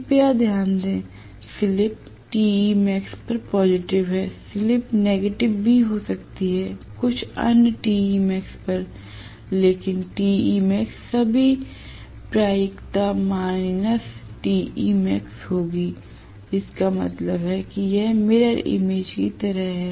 कृपया ध्यान दें स्लिप Temax पर पॉजिटिव है स्लिप निगेटिव भी हो सकती है कुछ अन्य Temax पर लेकिन Temax सभी प्रायिकता माइनस Temax होगी जिसका मतलब है कि यह मिरर इमेज की तरह है